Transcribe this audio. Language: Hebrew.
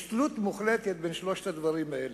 יש תלות מוחלטת בין שלושת הדברים האלה.